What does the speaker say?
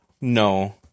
No